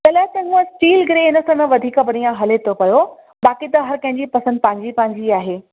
colour त ईअं steel grey हिन समय वधीक बणिया हले थो पियो बाक़ी त हरु कंहिंजी पसंदि पंहिंजी पंहिंजी आहे